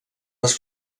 les